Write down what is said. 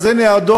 אז הנה,